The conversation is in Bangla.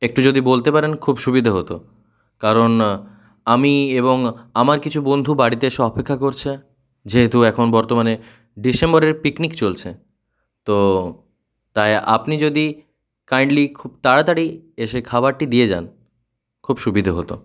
একটু যদি বলতে পারেন খুব সুবিধে হতো কারণ আমি এবং আমার কিছু বন্ধু বাড়িতে এসে অপেক্ষা করছে যেহেতু এখন বর্তমানে ডিসেম্বরের পিকনিক চলছে তো তাই আপনি যদি কাইন্ডলি খুব তাড়াতাড়ি এসে খাবারটি দিয়ে যান খুব সুবিধে হতো